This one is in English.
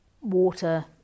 water